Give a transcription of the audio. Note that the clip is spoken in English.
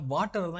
Water